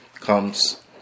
Comes